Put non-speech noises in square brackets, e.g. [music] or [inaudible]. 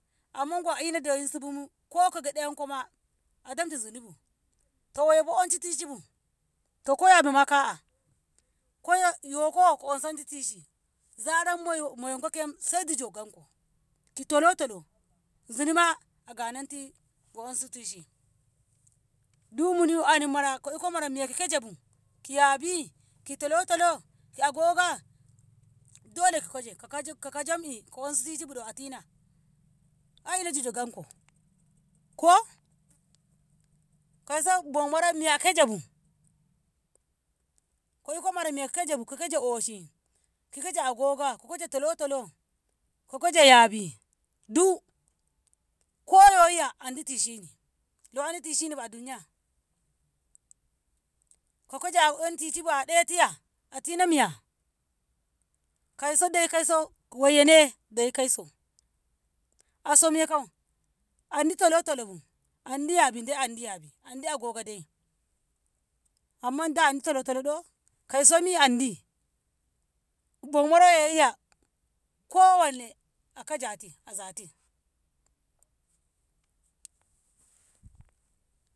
Amma go a ina de'insubumu leko geɗenkoma a damta zunibu to goiye ko oni tishibu aibama ka'a koi- yoko ko onshensu tishi zaran moyonko koi dai jijo gamko ki talotalo zunima a agananti go onsu tishi du muni ana mara, ko iko mara miya ko kaje ki yabi, ki talotalo, ki agoga dole ko kaje- ko kajemmi ko ansu tishi budu a tina ai ina jijo gamko ko, kauso mara miya kokajabu ko keja oshi, ko kaje agoga, talotalo, ko keje yabi du legoyiya andi tishini [unintelligible] an duniya ko keje 'ya amtishi bu adai tiya, atina miya kausodo- kauso goyyene beikauso, asomiya kau andi talotalo bu yabi dai andi yabi andi agoga dai amma da andi talotalo do? kausomi andi bomara yoyiyya kowane akajati a zati.